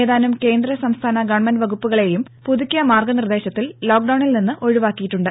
ഏതാനും കേന്ദ്ര സംസ്ഥാന ഗവൺമെന്റ് വകുപ്പുകളേയും പുതുക്കിയ മാർഗനിർദേശത്തിൽ ലോക്ഡൌണിൽ നിന്ന് ഒഴിവാക്കിയിട്ടുണ്ട്